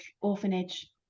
orphanage